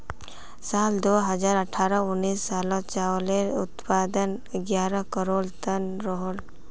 साल दो हज़ार अठारह उन्नीस सालोत चावालेर उत्पादन ग्यारह करोड़ तन रोहोल